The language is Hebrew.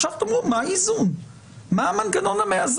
עכשיו תאמרו מה האיזון, מה המנגנון המאזן.